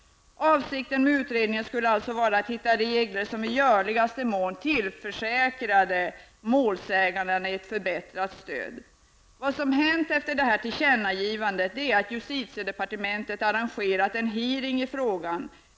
Avsikten med utredningen skulle vara att hitta regler som i görligaste mån tillförsäkrade målsägandena ett förbättrat stöd. Vad som hänt efter det tillkännagivandet är att justitiedepartementet arrangerat en hearing i frågan.